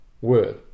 word